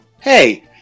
Hey